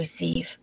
receive